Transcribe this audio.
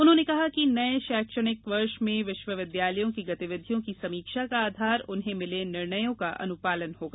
उन्होंने कहा कि नये शैक्षणिक वर्ष में विश्वविद्यालयों की गतिविधियों की समीक्षा का आधार उन्हें मिले निर्णयों का अनुपालन होगा